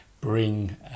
bring